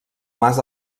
mas